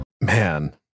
Man